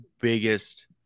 biggest